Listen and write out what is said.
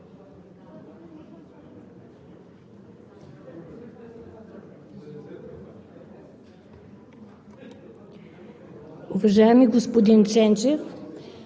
Уважаеми господин Ченчев,